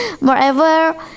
moreover